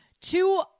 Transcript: Two